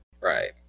right